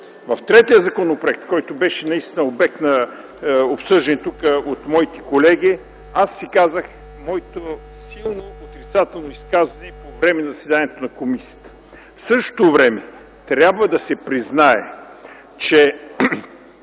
Третият законопроект, който беше обект на обсъждане тук от моите колеги, аз си казах моето силно отрицателно изказване – и по време на заседанието на комисията. В същото време, трябва да се признае, че